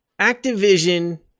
Activision